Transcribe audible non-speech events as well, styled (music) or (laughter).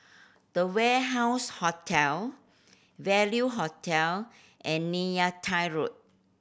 The Warehouse Hotel Value Hotel and (unintelligible) Road